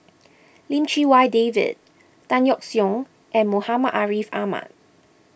Lim Chee Wai David Tan Yeok Seong and Muhammad Ariff Ahmad